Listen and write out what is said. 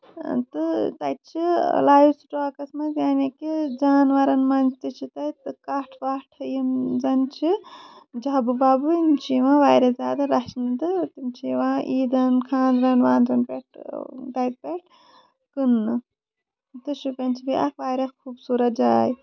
تہٕ تَتہِ چھِ لایِف سٹاکس منٛز یعنے کہِ جاناوارن منٛز تہِ چھِ تَتہ کَٹھ وَٹھ تہِ یِم زَن چھِ جبہٕ وَبہٕ یِم چھِ یِوان واریاہ زیادٕ رَچھنہٕ تہٕ یِم چھِ یِوان عیٖدن خاندرن واندرن پٮ۪ٹھ تَتہِ پٮ۪ٹھ کٕننہٕ شُپین چھِ اکھ واریاہ خوٗبصوٗرت جاے